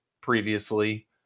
previously